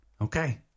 Okay